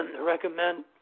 recommend